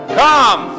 come